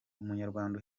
umunyarwanda